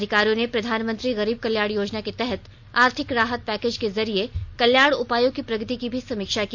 अधिकारियों ने प्रधानमंत्री गरीब कल्याण योजना के तहत आर्थिक राहत पैकेज के जरिए कल्याण उपायों की प्रगति की भी समीक्षा की